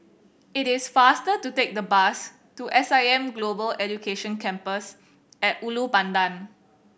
it is faster to take the bus to S I M Global Education Campus At Ulu Pandan